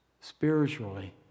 Spiritually